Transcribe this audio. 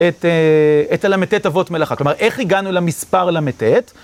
את הל"ט אבות מלאכה, כלומר איך הגענו למספר ל"ט?